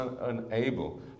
unable